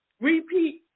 repeat